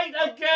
again